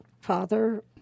Father